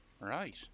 Right